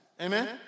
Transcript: Amen